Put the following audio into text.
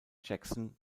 jackson